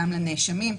גם לנאשמים,